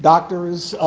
doctors.